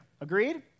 Agreed